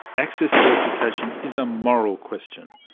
access to education is a moral question.